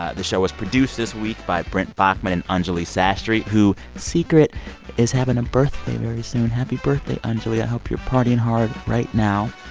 ah the show was produced this week by brent baughman and anjuli sastry, who secret is having a birthday very soon. happy birthday, anjuli. i hope your partying hard right now.